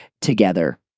together